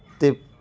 ਅਤੇ